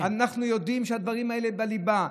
אנחנו יודעים שהדברים האלה הם בליבה,